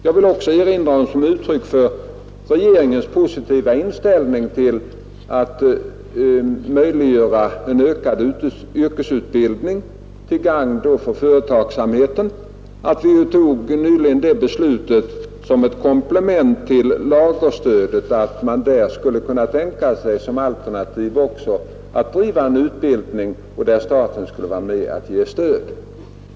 Jag vill också erinra om att vi såsom ett uttryck för regeringens positiva inställning till en ökad yrkesutbildning till gagn för företagsamheten nyligen som ett komplement till lagerstödet fattat beslut att det skulle kunna drivas en viss vidareutbildning som staten skulle stödja.